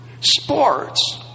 sports